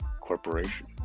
corporation